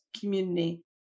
community